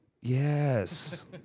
Yes